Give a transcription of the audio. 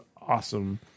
awesome